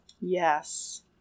Yes